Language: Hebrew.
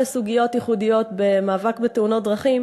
סוגיות ייחודיות במאבק בתאונות דרכים,